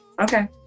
okay